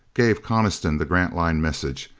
gave coniston the grantline message,